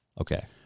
okay